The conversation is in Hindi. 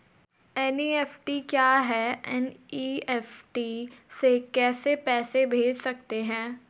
एन.ई.एफ.टी क्या है हम एन.ई.एफ.टी से कैसे पैसे भेज सकते हैं?